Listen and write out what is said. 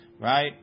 right